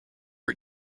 are